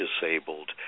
disabled